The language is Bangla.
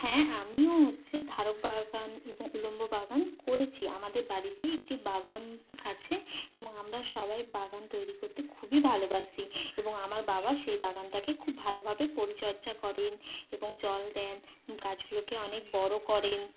হ্যাঁ আমিও হচ্ছে ধারক বাহক উপকুলম্ব বাগান করেছি আমাদের বাড়িতেই একটি বাগান আছে এবং আমরা সবাই বাগান তৈরি করতে খুবই ভালোবাসি এবং আমার বাবা সেই বাগানটাকে খুব ভালোভাবে পরিচর্যা করেন এবং জল দেন গাছগুলোকে অনেক বড় করেন